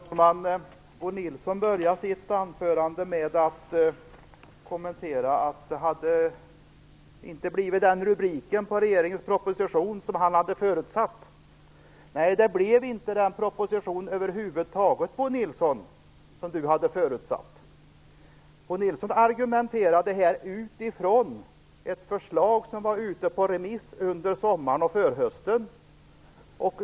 Herr talman! Bo Nilsson började sitt anförande med att kommentera att det inte hade blivit den rubrik på regeringens proposition som han hade förutsatt. Det blev över huvud taget inte den proposition som Bo Nilsson hade förutsatt. Bo Nilsson argumenterade här utifrån ett förslag som var ute på remiss under sommaren och förhösten.